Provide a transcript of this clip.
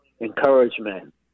encouragement